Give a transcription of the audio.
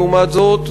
לעומת זאת,